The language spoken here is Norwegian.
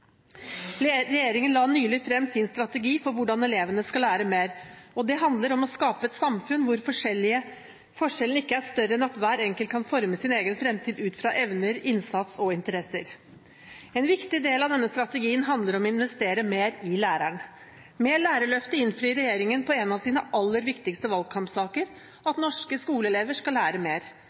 sektor. Regjeringen la nylig frem sin strategi for hvordan elevene skal lære mer. Det handler om å skape et samfunn hvor forskjellene ikke er større enn at hver enkelt kan forme sin egen fremtid ut fra sine evner, innsats og interesser. En viktig del av denne strategien handler om å investere mer i læreren. Med Lærerløftet innfrir regjeringen på en av sine aller viktigste valgkampsaker – at norske skoleelever skal lære mer.